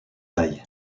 taille